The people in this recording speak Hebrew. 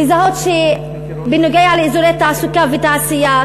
לזהות שבנוגע לאזורי תעסוקה ותעשייה,